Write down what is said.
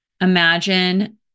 Imagine